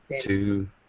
Two